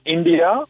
India